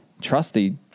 Trusty